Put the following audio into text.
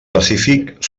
pacífic